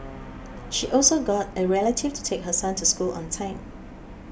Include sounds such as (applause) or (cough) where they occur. (noise) she also got a relative to take her son to school on time